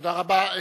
תודה רבה.